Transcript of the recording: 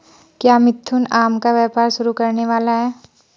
क्या मिथुन आम का व्यापार शुरू करने वाला है?